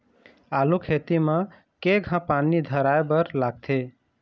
आलू खेती म केघा पानी धराए बर लागथे?